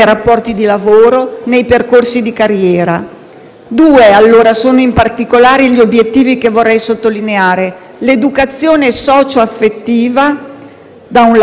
Due, allora, sono in particolare gli obiettivi che vorrei sottolineare: l'educazione socio-affettiva e l'educazione alla corporeità.